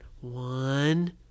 one